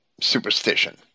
superstition